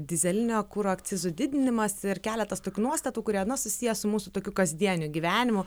dyzelinio kuro akcizų didinimas ir keletas tokių nuostatų kurie susiję su mūsų tokiu kasdieniu gyvenimu